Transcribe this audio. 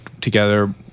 together